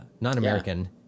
non-American